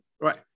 right